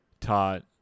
taught